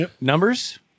Numbers